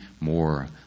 more